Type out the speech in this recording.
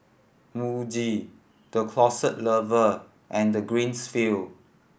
Muji The Closet Lover and Greenfields